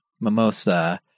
Mimosa